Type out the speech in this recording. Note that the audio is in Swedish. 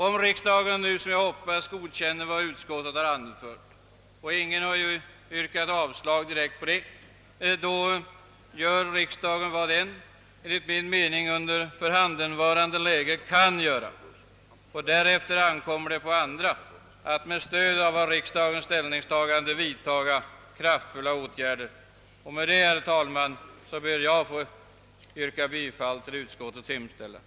Om riksdagen nu, såsom jag hoppas, godkänner vad utskottet har anfört — och ingen har direkt yrkat avslag på utskottets hemställan -— gör riksdagen vad den enligt min mening i förhanden varande läge kan göra. Därefter ankommer det på andra att med stöd av riksdagens ställningstagande vidtaga kraftfulla åtgärder. Med detta, herr talman, ber jag att få yrka bifall till utskottets hemställan.